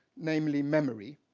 namely memory.